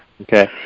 Okay